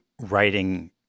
writing